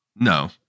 No